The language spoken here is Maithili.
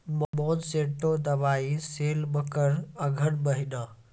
मोनसेंटो दवाई सेल मकर अघन महीना,